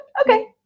okay